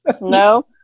No